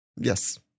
Yes